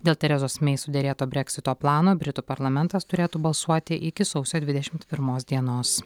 dėl terezos mei suderėto breksito plano britų parlamentas turėtų balsuoti iki sausio dvidešimt pirmos dienos